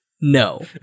No